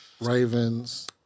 Ravens